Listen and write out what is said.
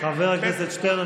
חבר הכנסת שטרן,